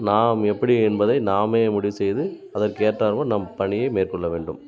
நாம் எப்படி என்பதை நாமே முடிவு செய்து அதற்கு ஏற்றார் போல் நம் பணியை மேற்கொள்ள வேண்டும்